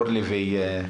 אורלי ויוראי.